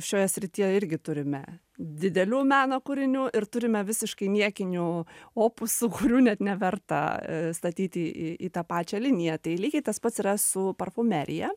šioje srityje irgi turime didelių meno kūrinių ir turime visiškai niekinių opusų kurių net neverta e statyti į į tą pačią liniją tai lygiai tas pats yra su parfumerija